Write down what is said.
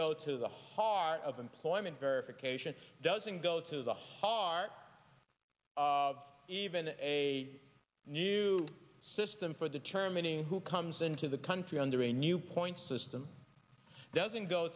go to the heart of employment verification doesn't go to the heart of even a new system for the terminator who comes into the country under a new points system doesn't go